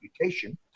reputation